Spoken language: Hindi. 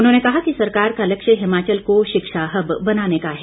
उन्होंने कहा कि सरकार का लक्ष्य हिमाचल को शिक्षा हब बनाने का है